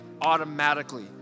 automatically